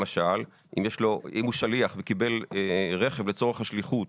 למשל אם הוא שליח וקיבל רכב לצורך השליחויות